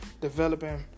developing